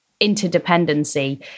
interdependency